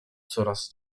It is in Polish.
coraz